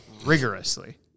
Rigorously